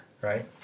right